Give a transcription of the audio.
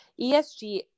ESG